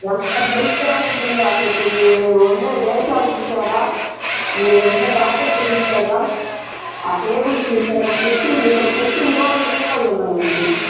ఎంత మురికిగా ఉంటుందో అసలు మీరు వండే డేక్షాలు చూశారా మీరు వండే పాత్రలు చూశారా ఆ టేబుల్స్ చూశారా కుర్చీలు చూశారా కుర్చీలు కూడా విరిగి పోయి ఉన్నాయండి